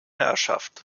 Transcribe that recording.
herrschaft